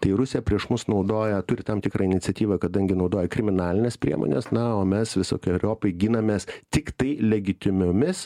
tai rusija prieš mus naudoja turi tam tikrą iniciatyvą kadangi naudoja kriminalines priemones na o mes visokeriopai ginamės tiktai legitimiomis